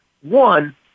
One